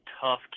tough